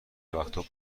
وقتا